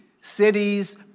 cities